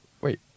Wait